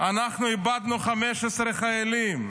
איבדנו 15 חיילים,